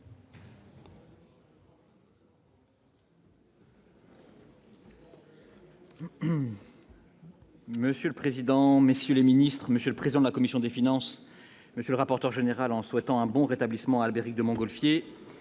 Monsieur le Président, messieurs les Ministres, Monsieur le Président de la commission des finances monsieur rapporteur général en souhaitant un bon rétablissement Albéric de Montgolfier,